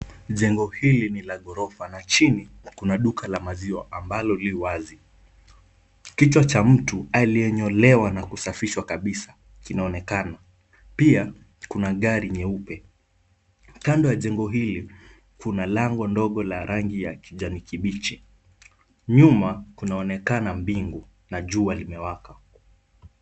Jengo hili ni la ghorofa na chini kuna duka ma maziwa ambalo li wazi. Kichwa cha mtu, aliyenyolewa na kusafishwa kabisa kinaonekana. Pia kuna gari nyeupe. Kando ya jengo hili, kuna lango ndogo la rangi ya kijani kibichi. Nyuma, kunaonekana mbingu na jua limewaka.